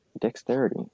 dexterity